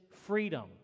freedom